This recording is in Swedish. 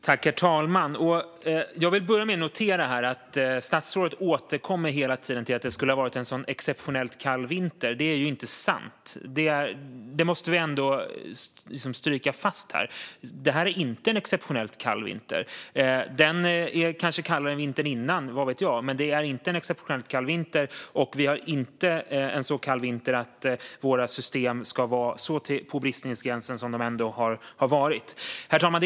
Herr talman! Jag vill börja med att notera att statsrådet hela tiden återkommer till att det skulle ha varit en så exceptionellt kall vinter. Det är ju inte sant. Det måste vi ändå slå fast: Det här är inte en exceptionellt kall vinter. Den är kanske kallare än vintern innan, vad vet jag, men det är inte en exceptionellt kall vinter, och vi har inte en så kall vinter att våra system ska vara så på bristningsgränsen som de ändå har varit. Herr talman!